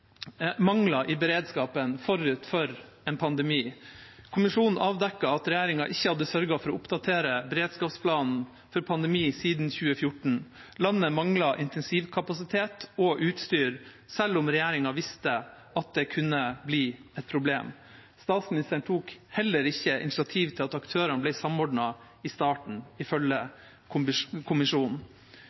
i beredskapen forut for en pandemi. Kommisjonen avdekket at regjeringa ikke hadde sørget for å oppdatere beredskapsplanen for pandemi siden 2014. Landet manglet intensivkapasitet og utstyr selv om regjeringa visste at det kunne bli et problem. Statsministeren tok heller ikke initiativ til at aktørene ble samordnet i starten, ifølge kommisjonen.